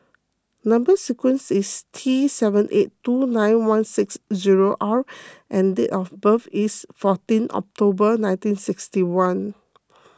Number Sequence is T seven eight two nine one six zero R and date of birth is fourteen October nineteen sixty one